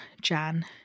Jan